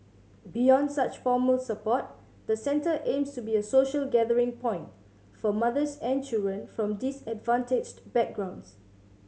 beyond such formal support the centre aims to be a social gathering point for mothers and children from disadvantaged backgrounds